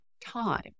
time